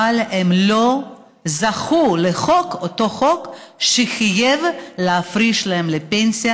אבל לא זכו לאותו חוק שחייב להפריש להם לפנסיה